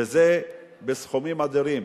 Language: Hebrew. וזה בסכומים אדירים.